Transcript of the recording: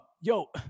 Yo